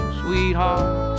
sweetheart